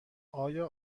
آیا